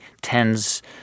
tens